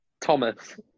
Thomas